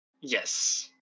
Yes